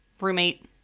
roommate